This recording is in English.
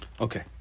Okay